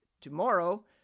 tomorrow